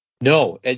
No